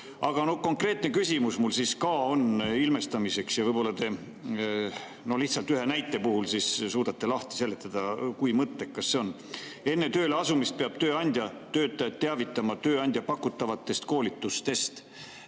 konkreetne küsimus on mul ilmestamiseks ka. Võib-olla te lihtsalt ühe näite puhul suudate lahti seletada, kui mõttekas see on. Enne tööle asumist peab tööandja töötajat teavitama tööandja pakutavatest koolitustest.